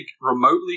remotely